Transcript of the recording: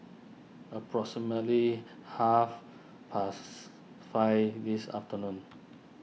approximately half pasts five this afternoon